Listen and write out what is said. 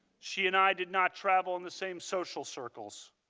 she and i did not travel in the same social circles.